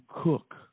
cook